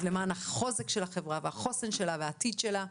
זה למען החוזק של החברה והחוסן שלה והעתיד שלה.